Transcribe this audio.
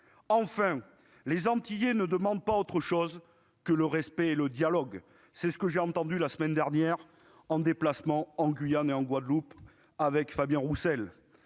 Enfin, les Antillais ne demandent pas autre chose que le respect et le dialogue. C'est ce que j'ai entendu la semaine dernière lors du déplacement en Guyane et en Guadeloupe que j'ai effectué